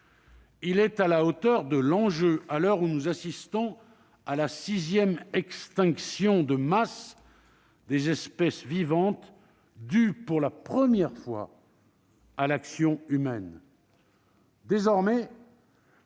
Il est à la hauteur de l'enjeu, à l'heure où nous assistons à la sixième extinction de masse des espèces vivantes, due pour la première fois à l'action humaine.